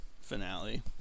finale